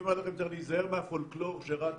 צריך להיזהר מהפולקלור שרץ